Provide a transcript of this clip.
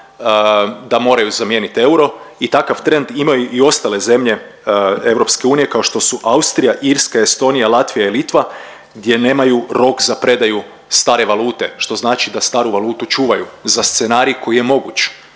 da moraju zamijenit euro i takav trend imaju i ostale zemlje EU kao što su Austrija, Irska, Estonija, Latvija i Litva gdje nemaju rok za predaju stare valute što znači da staru valutu čuvaju za scenarij koji je moguć.